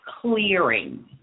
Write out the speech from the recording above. clearing